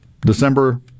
December